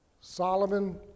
Solomon